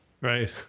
Right